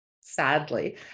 sadly